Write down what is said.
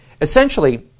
Essentially